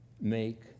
make